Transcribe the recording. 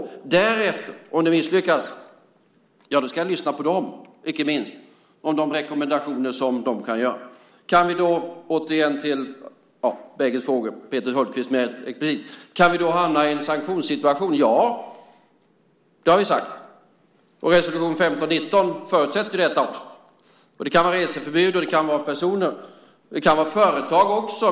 Därefter, om det misslyckas, ska jag lyssna på dem, icke minst om de rekommendationer som de kan göra. Kan vi då hamna i en sanktionssituation? Ja, det har vi sagt. Resolution 1591 förutsätter detta. Det kan vara reseförbud och personer. Det kan också vara företag.